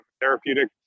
therapeutic